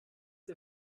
der